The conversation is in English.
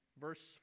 verse